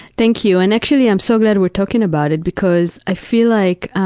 thank you. and actually, i'm so glad we're talking about it because i feel like,